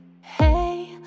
hey